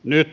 nyt